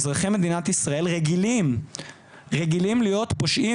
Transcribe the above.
אזרחי מדינת ישראל רגילים להיות פושעים.